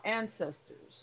ancestors